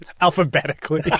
Alphabetically